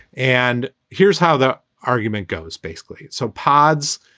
and here's how the argument goes, basically. so pods,